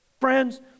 Friends